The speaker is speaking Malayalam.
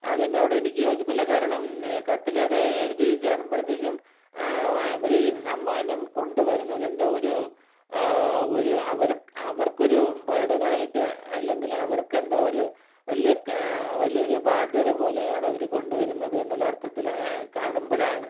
അതിനോട് എനിക്ക് യോജിപ്പില്ല കാരണം കത്തിൽ അത് എഴുതി കാണുമ്പോഴേക്കും അവർ ഈ സമ്മാനം കൊണ്ട് വരുന്നത് എന്തോ ഒരു ഒരു അവർക്ക് ഒരു ബർഡൻ ആയിട്ട് അല്ലെങ്കിൽ അവർക്ക് എന്തോ ഒരു വലിയ വലിയ ഒരു ബാധ്യത പോലെയാണ് അവർ കൊണ്ടു വരുന്നത് എന്നുള്ള അർത്ഥത്തിൽ കാണുമ്പോഴാണ്